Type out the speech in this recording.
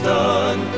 done